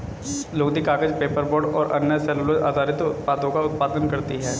लुगदी, कागज, पेपरबोर्ड और अन्य सेलूलोज़ आधारित उत्पादों का उत्पादन करती हैं